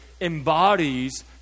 embodies